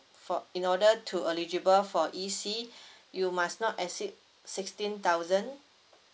for in order to eligible in E_C you must not exceed sixteen thousand